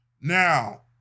Now